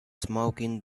smoking